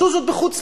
עשו זאת בחוץ-לארץ.